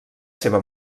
seva